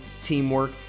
teamwork